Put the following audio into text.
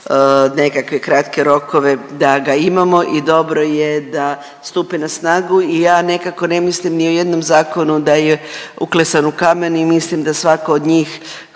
nekakve kratke rokove da ga imamo i dobro je da stupe na snagu i ja nekako ne mislim ni o jednom zakonu da je uklesan u kamen i mislim da svako od njih